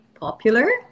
popular